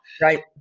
Right